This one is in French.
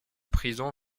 prison